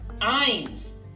eins